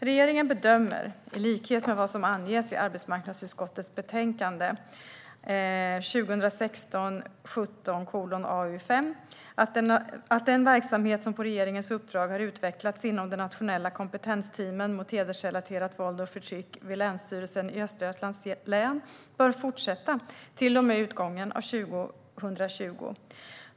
Regeringen bedömer, i likhet med vad som anges i arbetsmarknadsutskottets betänkande 2016/17:AU5, att den verksamhet som på regeringens uppdrag har utvecklats inom det nationella kompetensteamet mot hedersrelaterat våld och förtryck vid Länsstyrelsen i Östergötlands län bör fortsätta till och med utgången av 2020.